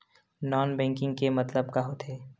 Non banking के मतलब का होथे?